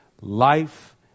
life